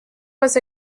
was